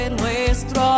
nuestro